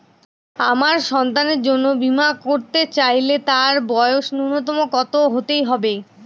আমার সন্তানের জন্য বীমা করাতে চাইলে তার বয়স ন্যুনতম কত হতেই হবে?